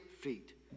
feet